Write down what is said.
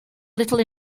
little